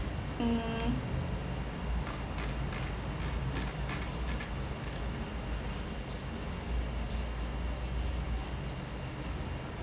mm